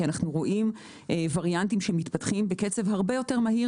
כי אנחנו רואים וריאנטים שמתפתחים בקצב הרבה יותר מהיר